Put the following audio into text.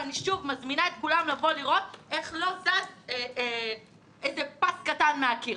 אני שוב מזמינה את כולם לבוא לראות איך לא זז איזה פס קטן מהקיר.